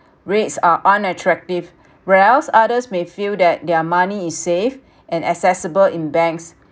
rates are unattractive whereas others may feel that their money is safe and accessible in banks